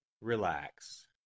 Relax